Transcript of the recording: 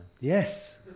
Yes